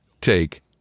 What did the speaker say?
take